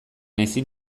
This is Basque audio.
ezin